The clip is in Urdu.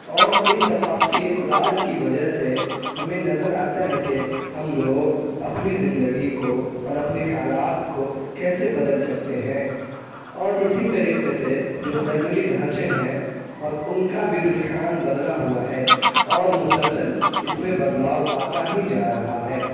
اور ان ثقافتی اقدار کی وجہ سے ہمیں نظر آتا ہے کہ ہم لوگ اپنی زندگی کو اور اپنے حالات کو کیسے بدل سکتے ہیں اور اسی طریقے سے جو فیملی ڈھانچے ہیں اور ان کا بھی رجحان بدلا ہوا ہے اور مسلسل اس میں بدلاؤ آتا ہی جا رہا ہے